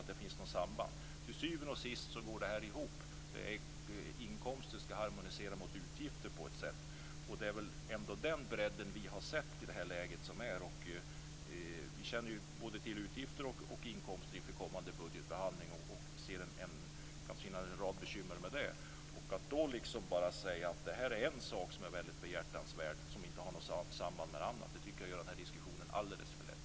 Till syvende och sist går detta ihop. Inkomster skall harmonisera mot utgifter. Det är väl ändå den bredden vi har sett i det läge som råder. Vi känner till både utgifter och inkomster inför den kommande budgetbehandlingen. Där finns en rad bekymmer. Det är att göra diskussionen alldeles för lätt att säga att detta är en behjärtansvärd sak som inte har något samband med något annat.